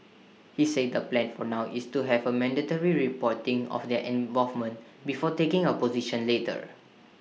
he said the plan for now is to have A mandatory reporting of their involvement before taking A position later